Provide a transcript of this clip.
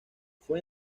fue